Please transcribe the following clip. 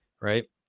right